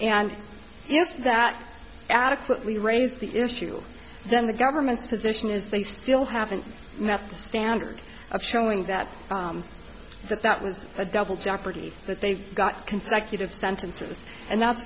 if that adequately raised the issue then the government's position is they still haven't met the standard of showing that that that was a double jeopardy that they've got consecutive sentences and that's